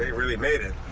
ah really made it.